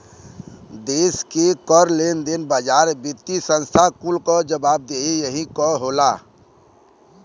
देस के कर, लेन देन, बाजार, वित्तिय संस्था कुल क जवाबदेही यही क होला